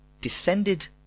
descended